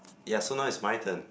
ya so now is my turn